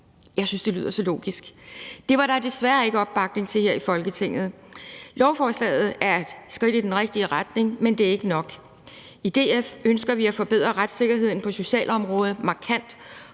jeg synes, at det lyder så logisk. Det var der desværre ikke opbakning til her i Folketinget. Lovforslaget er et skridt i den rigtige retning, men det er ikke nok. I DF ønsker vi at forbedre retssikkerheden på socialområdet markant,